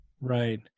Right